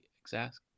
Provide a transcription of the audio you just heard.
exact